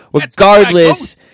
Regardless